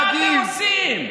מה אתם עושים?